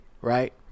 Right